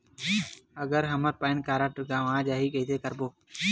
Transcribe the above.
अगर हमर PAN card गवां जाही कइसे करबो?